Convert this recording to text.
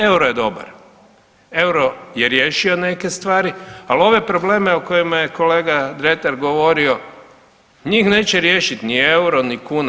Euro je dobar, euro je riješio neke stvari ali ove probleme o kojima je kolega Dretar govorio njih neće riješiti ni euro ni kuna.